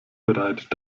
bereit